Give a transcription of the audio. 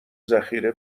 ذخیره